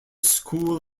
school